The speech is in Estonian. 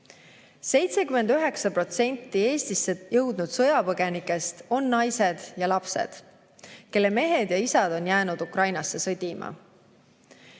79% Eestisse jõudnud sõjapõgenikest on naised ja lapsed, kelle mehed ja isad on jäänud Ukrainasse sõdima.